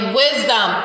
wisdom